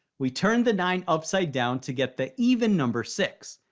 we turn the nine upside down to get the even number six.